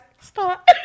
Stop